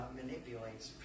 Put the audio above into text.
manipulates